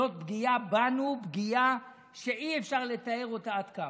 זאת פגיעה בנו, פגיעה שאי-אפשר לתאר אותה עד כמה.